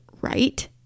right